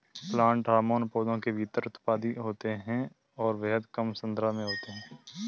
plant hormone पौधों के भीतर उत्पादित होते हैंऔर बेहद कम सांद्रता में होते हैं